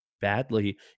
badly